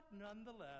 nonetheless